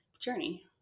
journey